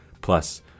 Plus